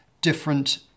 different